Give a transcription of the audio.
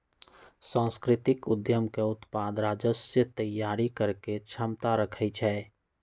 सांस्कृतिक उद्यम के उत्पाद राजस्व तइयारी करेके क्षमता रखइ छै